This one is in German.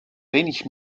wenig